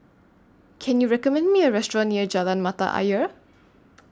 Can YOU recommend Me A Restaurant near Jalan Mata Ayer